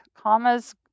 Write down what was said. commas